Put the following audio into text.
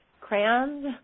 crayons